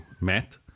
Matt